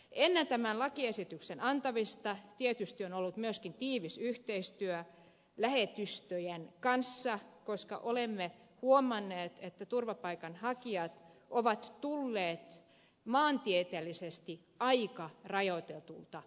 ennen tämän lakiesityksen antamista tietysti on ollut myös tiivistä yhteistyötä lähetystöjen kanssa koska olemme huomanneet että turvapaikanhakijat ovat tulleet maantieteellisesti aika on rajoitettu mutta